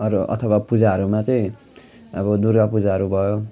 अरू अथवा पूजाहरूमा चाहिँ अब दुर्गा पूजाहरू भयो